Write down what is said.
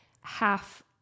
half